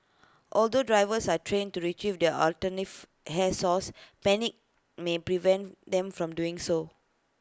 although divers are trained to Retrieve their alternative hair source panic may prevent them from doing so